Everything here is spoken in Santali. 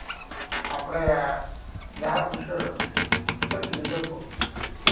ᱟᱯᱬᱮᱭᱟᱜ ᱡᱟᱦᱟᱸ ᱩᱭᱦᱟᱹᱨ ᱥᱮ ᱪᱤᱱᱛᱟᱹ ᱠᱚ